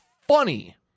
funny